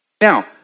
Now